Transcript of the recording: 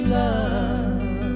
love